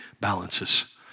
balances